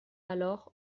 alors